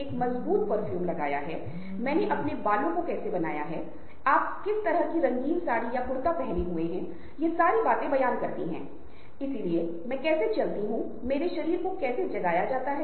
क्यों क्योंकि जब तक वह इसे हर किसी के साथ साझा नहीं करता है तब तक हम समुदाय को भूखा रखते हैं और कल वह हमें एक और खाद्य वस्तु मिलने के लिए गारंटी नहीं देता है